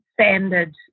standard